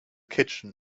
kitchen